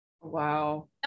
Wow